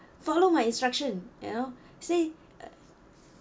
follow my instruction you know say( uh)